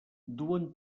duen